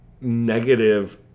negative